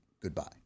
goodbye